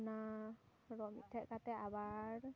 ᱚᱱᱟ ᱨᱚᱜ ᱢᱤᱫᱴᱷᱮᱱ ᱠᱟᱛᱮ ᱟᱵᱟᱨ